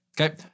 okay